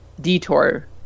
detour